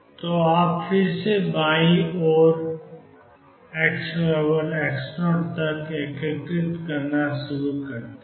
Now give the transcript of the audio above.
तो आप फिर से बाईं ओर और xx0 तक एकीकृत करना शुरू करते हैं